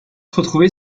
retrouver